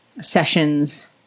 sessions